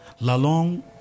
Lalong